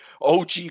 OG